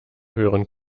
hören